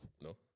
No